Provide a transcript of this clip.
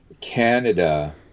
Canada